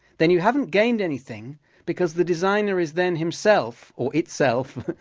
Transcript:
then you haven't gained anything because the designer is then himself, or itself,